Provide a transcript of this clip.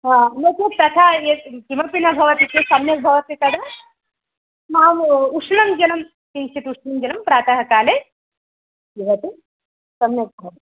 नो चेत् तथा यत्किमपि न भवति सम्यक् भवति तत् उष्णं जलं किञ्चित् उष्णं जलं प्रातः काले पिबतु सम्यक् भव्